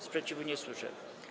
Sprzeciwu nie słyszę.